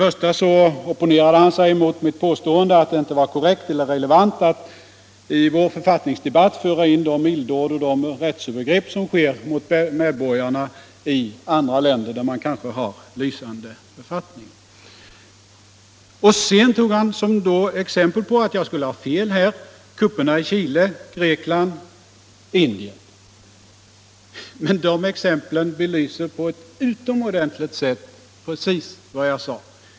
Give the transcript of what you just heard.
Han opponerade sig mot mitt påstående att det inte var relevant att i vår författningsdebatt föra in de illdåd och rättsövergrepp som sker mot medborgarna i andra länder med kanske lysande författningar. Som exempel på att jag skulle ha fel tog han kupperna i Chile, Grekland och Indien. Men de exemplen belyser på ett utomordentligt sätt precis vad jag har sagt.